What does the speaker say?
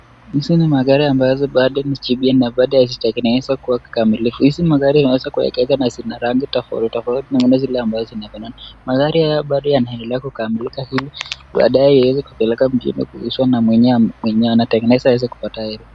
Hizi ni magari ambazo bado ni jipya na bado hajizaweza kuwa kamilifu, hizi magari inaweza kuwa ina rangi tofauti tofauti na ambazo zile zinafanana. Magari haya bado yanaendelea kukamilika ili baadae iweze kupelekwa mjini kuuzwa na mwenye anatengeneza aweze kupata hela.